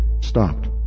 stopped